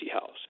house